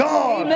God